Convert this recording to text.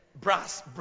brass